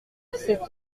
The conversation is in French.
c’est